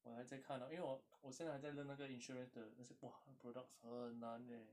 我还在看 lor 因为我我现在还在 learn 那个 insurance 的那些 pro~ products 很难 eh